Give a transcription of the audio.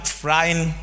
frying